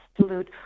absolute